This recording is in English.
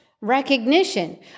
recognition